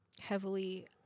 heavily